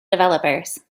developers